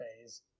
phase